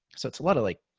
so it's a lot of like,